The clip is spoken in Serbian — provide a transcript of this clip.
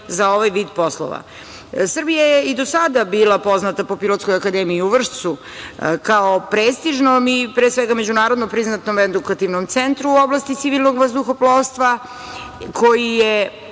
za ovaj vid poslova. Srbija je i do sada bila poznata po Pilotskoj akademiji u Vršcu kao prestižnom i pre svega međunarodno priznatom edukativnom centru u oblasti civilnog vazduhoplovstva koji je